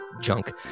junk